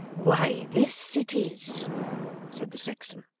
why, this it is said the sexton.